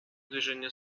движение